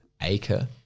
acre